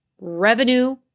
Revenue